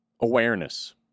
Awareness